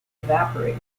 evaporated